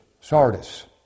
Sardis